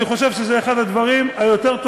אני חושב שזה אחד הדברים היותר-טובים,